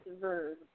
verb